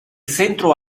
centro